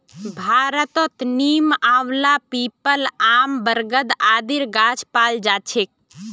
भारतत नीम, आंवला, पीपल, आम, बरगद आदिर गाछ पाल जा छेक